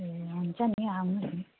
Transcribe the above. ए हुन्छ नि आउनु नि